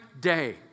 day